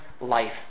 life